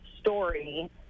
story